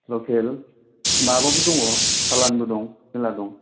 लखेल माबाबो दं सालानिबो दं मेरला दं